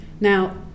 now